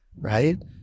right